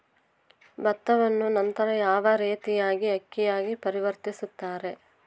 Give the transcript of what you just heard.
ಭತ್ತವನ್ನ ನಂತರ ಯಾವ ರೇತಿಯಾಗಿ ಅಕ್ಕಿಯಾಗಿ ಪರಿವರ್ತಿಸುತ್ತಾರೆ?